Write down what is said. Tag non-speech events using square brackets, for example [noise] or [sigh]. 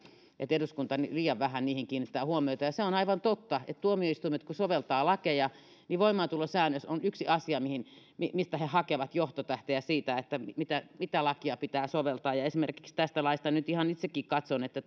että eduskunta liian vähän niihin kiinnittää huomiota se on aivan totta kun tuomioistuimet soveltavat lakeja niin voimaantulosäännös on yksi asia mistä he hakevat johtotähteä sille mitä lakia pitää soveltaa esimerkiksi tästä laista nyt ihan itsekin katson että [unintelligible]